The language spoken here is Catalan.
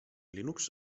linux